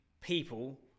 people